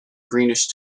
greenish